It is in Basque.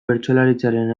bertsolaritzaren